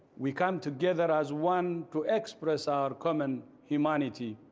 we come together as one to express our common humanity,